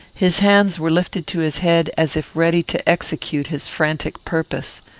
his hands were lifted to his head, as if ready to execute his frantic purpose.